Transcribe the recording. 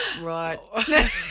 Right